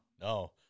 No